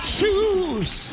choose